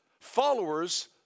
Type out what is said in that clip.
followers